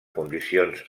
condicions